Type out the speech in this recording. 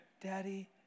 daddy